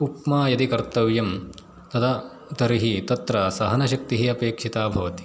उप्मा यदि कर्तव्यं तदा तर्हि तत्र सहनशक्तिः अपेक्षिता भवति